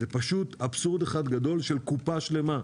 זה פשוט אבסורד אחד גדול של קופה שלמה.